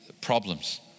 problems